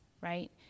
right